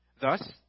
Thus